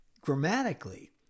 Grammatically